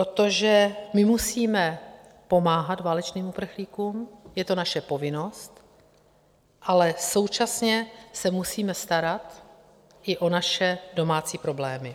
Protože my musíme pomáhat válečným uprchlíkům, je to naše povinnost, ale současně se musíme starat i o naše domácí problémy.